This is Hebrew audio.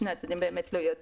שני הצדדים באמת לא ידעו,